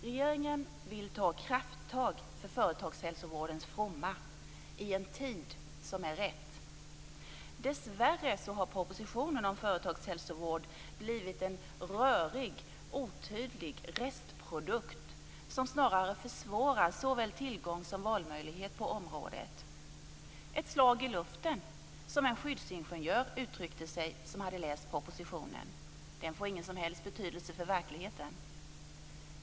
Regeringen vill ta krafttag för företagshälsovårdens fromma i en tid som är rätt. Dessvärre har propositionen om företagshälsovård blivit en rörig, otydlig restprodukt som snarare försvårar såväl tillgång som valmöjlighet på området. "Den är ett slag i luften" som en skyddsingenjör som läst propositionen uttryckte sig. "Den får ingen som helst betydelse för verkligheten."